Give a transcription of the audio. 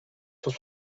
cent